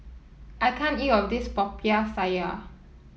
I can't eat all of this Popiah Sayur